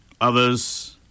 Others